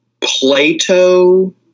Plato